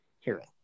hearing